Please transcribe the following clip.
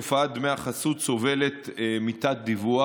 תופעה דמי חסות סובלת מתת-דיווח,